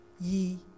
ye